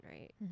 right